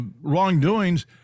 wrongdoings